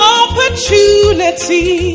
opportunity